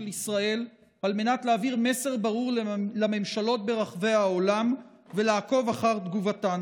ישראל על מנת להעביר מסר ברור לממשלות ברחבי העולם ולעקוב אחר תגובתן.